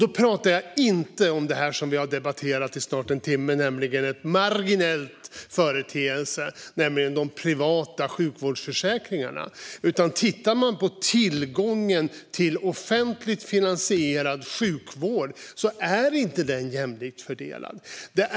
Då pratar jag inte om den marginella företeelse som vi har debatterat i snart en timme, nämligen de privata sjukvårdsförsäkringarna, utan att tillgången till offentligt finansierad sjukvård inte är jämlikt fördelad.